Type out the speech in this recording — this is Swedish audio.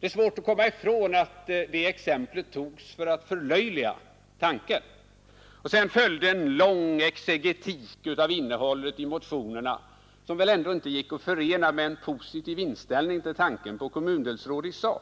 Det är svårt att komma ifrån tanken att det exemplet togs för att förlöjliga våra förslag. Efter detta exempel följde en lång exegetik av innehållet i motionerna, som väl ändå inte gick att förena med en positiv inställning i sak till tanken på kommundelsråd.